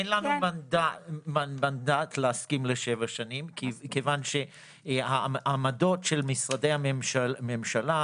אין לנו מנדט להסכים לשבע שנים כיוון שהעמדות של משרדי הממשלה,